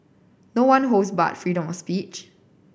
no one holds barred freedom speech